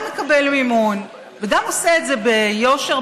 גם מקבל מימון וגם עושה את זה ביושר,